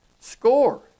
Score